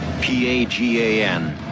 P-A-G-A-N